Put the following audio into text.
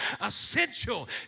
essential